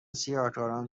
سیاهکاران